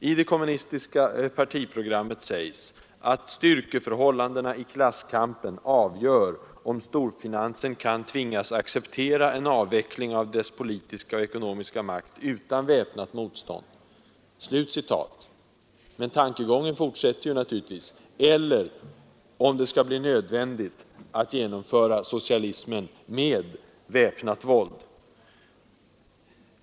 I det kommunistiska partiprogrammet sägs: ”Styrkeförhållandena i klasskampen avgör om storfinansen kan tvingas acceptera en avveckling av dess politiska och ekonomiska makt utan väpnat motstånd.” Här slutar meningen, men tankegången fortsätter naturligtvis: ——— eller om det skall bli nödvändigt att genom föra socialismen med väpnat våld.